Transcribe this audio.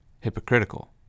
hypocritical